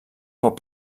pot